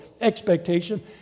expectation